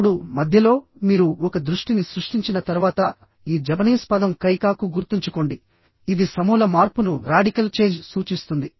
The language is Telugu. ఇప్పుడు మధ్యలో మీరు ఒక దృష్టిని సృష్టించిన తర్వాత ఈ జపనీస్ పదం కైకాకు గుర్తుంచుకోండి ఇది సమూల మార్పును సూచిస్తుంది